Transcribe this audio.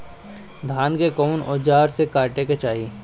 धान के कउन औजार से काटे के चाही?